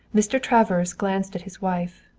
mr. travers glanced at his wife.